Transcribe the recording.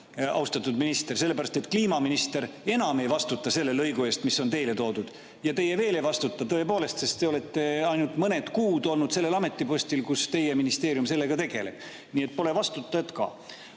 austatud minister, sellepärast et kliimaminister enam ei vastuta selle lõigu eest, mis on teile toodud, ja teie veel ei vastuta, tõepoolest, sest te olete ainult mõned kuud olnud sellel ametipostil, kus teie ministeerium sellega tegeleb. Nii et pole vastutajat ka. Aga